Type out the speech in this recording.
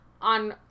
on